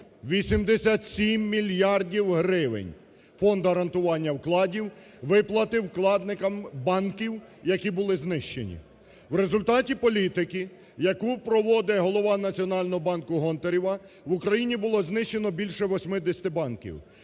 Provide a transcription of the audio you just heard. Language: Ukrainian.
87 мільярдів гривень Фонд гарантування вкладів виплатив вкладникам банків, які були знищені. В результаті політики, яку проводе голова Національного банку Гонтарева в Україні було знищено більше 80 банків.